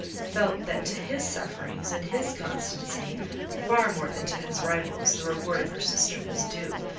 felt that to his sufferings and his constancy far more than to his rival's, the reward of her sister was due,